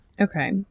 Okay